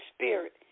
Spirit